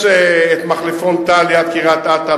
יש מחלפון טל ליד קריית-אתא,